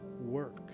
work